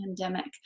pandemic